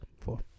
four